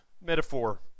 metaphor